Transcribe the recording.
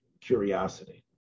curiosity